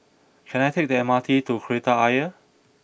can I take the M R T to Kreta Ayer